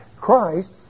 Christ